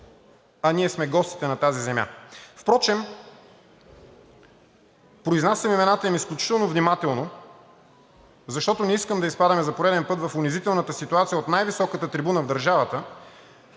а ние сме гостите на тази земя. Впрочем, произнасям имената им изключително внимателно, защото не искам да изпадаме за пореден път в унизителната ситуация от най-високата трибуна в държавата